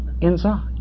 inside